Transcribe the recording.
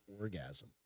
orgasm